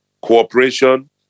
cooperation